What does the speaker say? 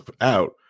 out